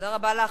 תודה רבה לך,